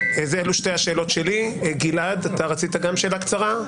גלעד, שאלה קצרה,